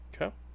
Okay